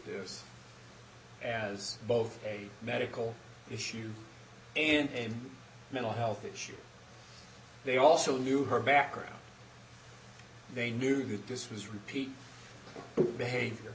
this as both a medical issue and mental health issue they also knew her background they knew that this was repeat behavior